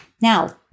Now